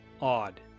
odd